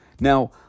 Now